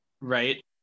right